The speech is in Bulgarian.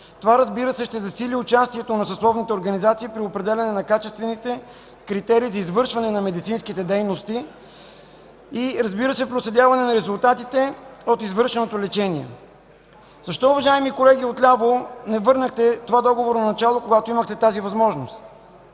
Това, разбира се, ще засили участието на съсловните организации при определяне на качествените критерии за извършване на медицинските дейности и проследяване на резултатите от извършеното лечение. Защо, уважаеми колеги от ляво, не върнахте това договорно начало, когато имахте тази възможност?